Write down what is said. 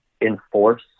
enforce